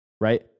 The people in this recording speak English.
right